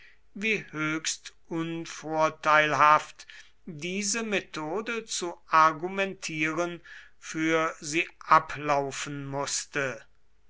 wie höchst unvorteilhaft diese methode zu argumentieren für sie ablaufen wußte